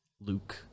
Luke